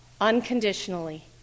unconditionally